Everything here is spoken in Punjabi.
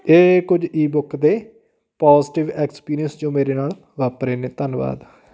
ਇਹ ਕੁਝ ਈ ਬੁੱਕ ਦੇ ਪੋਜੀਟਿਵ ਐਕਸਪੀਰੀਅੰਸ ਜੋ ਮੇਰੇ ਨਾਲ ਵਾਪਰੇ ਨੇ ਧੰਨਵਾਦ